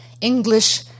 English